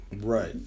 Right